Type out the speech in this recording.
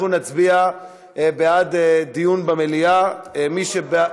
אנחנו נצביע בעד דיון במליאה, לא,